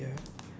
ya